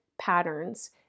patterns